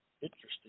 interesting